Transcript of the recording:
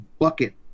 bucket